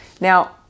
Now